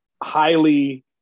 highly